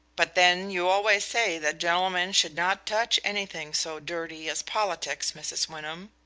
but then, you always say that gentlemen should not touch anything so dirty as politics, mrs. wyndham,